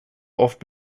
oft